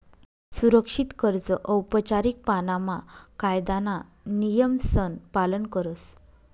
सुरक्षित कर्ज औपचारीक पाणामा कायदाना नियमसन पालन करस